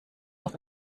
noch